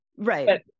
Right